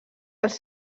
als